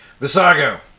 Visago